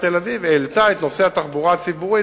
תל-אביב העלתה את נושא התחבורה הציבורית,